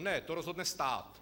Ne, to rozhodne stát.